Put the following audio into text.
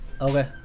Okay